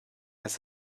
has